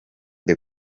the